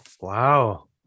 Wow